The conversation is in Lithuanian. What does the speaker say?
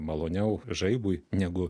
maloniau žaibui negu